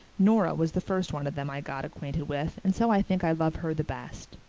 nora was the first one of them i got acquainted with and so i think i love her the best.